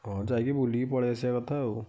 ହଁ ଯାଇକି ବୁଲିକି ପଳାଇ ଆସିବା କଥା ଆଉ